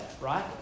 right